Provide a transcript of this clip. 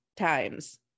times